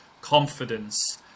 confidence